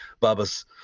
Baba's